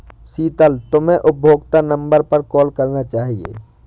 शीतल, तुम्हे उपभोक्ता नंबर पर कॉल करना चाहिए